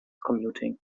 commuting